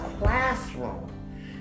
classroom